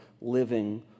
living